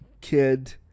kid